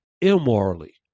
immorally